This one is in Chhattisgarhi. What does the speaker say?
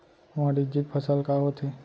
वाणिज्यिक फसल का होथे?